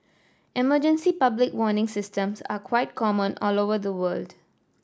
emergency public warning systems are quite common all over the world